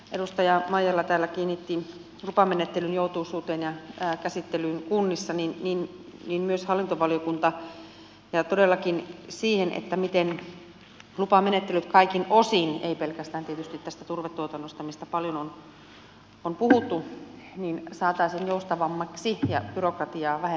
edustaja maijala täällä kiinnitti huomiota lupamenettelyn joutuisuuteen ja käsittelyyn kunnissa niin myös hallintovaliokunta ja todellakin siihen miten lupamenettelyt kaikin osin ei pelkästään tietysti tässä turvetuotannossa mistä paljon on puhuttu saataisiin joustavammiksi ja byrokratiaa vähemmäksi